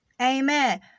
Amen